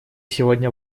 сегодня